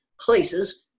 places